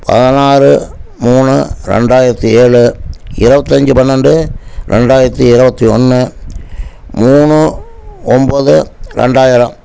பதினாறு மூணு ரெண்டாயிரத்தி ஏழு இருபத்தஞ்சி பன்னெண்டு ரெண்டாயிரத்தி இருபத்தி ஒன்று மூணு ஒம்பது ரெண்டாயிரம்